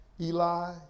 Eli